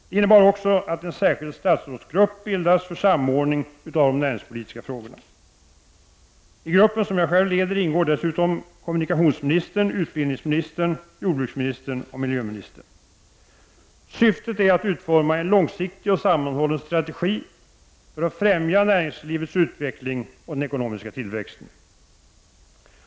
Det innebar också att en särskild statsrådsgrupp bildades för samordning av de näringspolitiska frågorna. I gruppen, som jag själv leder, ingår dessutom kommunikationsministern, utbildningsministern, jordbruksministern och miljöministern. Syftet är att utforma en långsiktig och sammanhållen strategi för att främja näringslivets utveckling och den ekonomiska tillväxten.